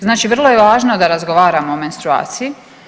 Znači vrlo je važno da razgovaramo o menstruaciji.